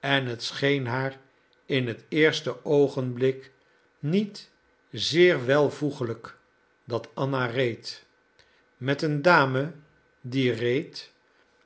en het scheen haar in het eerste oogenblik niet zeer welvoegelijk dat anna reed met een dame die reed